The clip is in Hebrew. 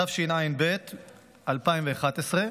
התשע"ב 2011,